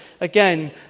again